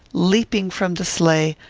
leaping from the sleigh,